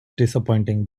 disappointing